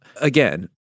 again